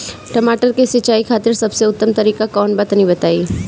टमाटर के सिंचाई खातिर सबसे उत्तम तरीका कौंन बा तनि बताई?